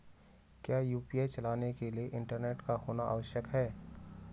क्या यु.पी.आई चलाने के लिए इंटरनेट का होना आवश्यक है?